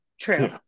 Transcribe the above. true